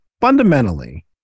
Fundamentally